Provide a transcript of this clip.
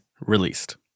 released